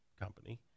company